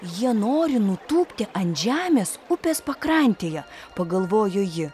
jie nori nutūpti ant žemės upės pakrantėje pagalvojo ji